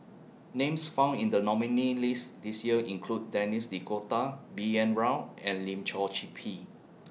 Names found in The nominees' list This Year include Denis D'Cotta B N Rao and Lim Chor Pee